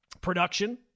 production